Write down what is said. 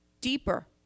deeper